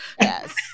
Yes